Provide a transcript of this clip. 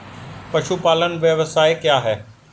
पशुपालन व्यवसाय क्या है?